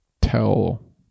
tell